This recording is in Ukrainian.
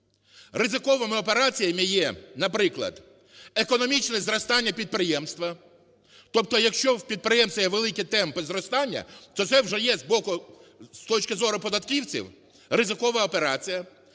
ризиковими операціями є, наприклад, економічне зростання підприємства. Тобто, якщо у підприємства є великі темпи зростання, то це вже є з боку, з точки зору податківців, ризикова операція.